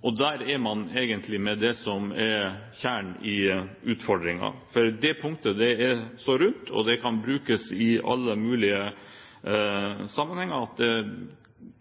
Og der er man egentlig ved det som er kjernen i utfordringen. For det punktet er så rundt, og det kan brukes i alle mulige sammenhenger. Det